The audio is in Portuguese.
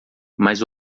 mas